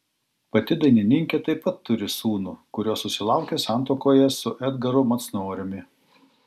pati dainininkė taip pat turi sūnų kurio susilaukė santuokoje su edgaru macnoriumi